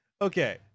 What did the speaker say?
okay